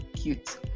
cute